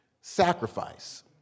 sacrifice